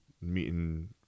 meeting